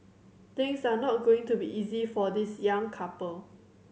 things are not going to be easy for this young couple